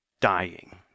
dying